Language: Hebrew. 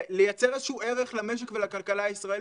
לייצר איזה שהוא ערך למשק ולכלכלה הישראלית?